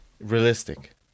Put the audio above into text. realistic